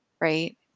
right